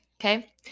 okay